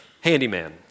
handyman